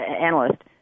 analyst